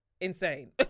insane